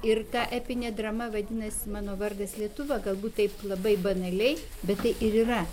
ir ta epinė drama vadinasi mano vardas lietuva galbūt taip labai banaliai bet tai ir yra